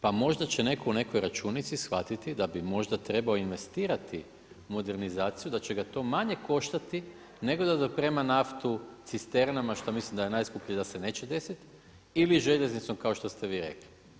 Pa možda će netko u nekoj računici shvatiti da bi možda trebao investirati modernizaciju, da će ga to manje koštati nego da doprema naftu cisternama što mislim da je najskuplje i da se neće desiti ili željeznicom kao što ste vi rekli.